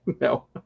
no